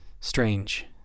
Strange